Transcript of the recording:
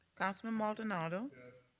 councilman maldonado.